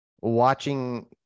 watching